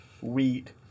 wheat